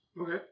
Okay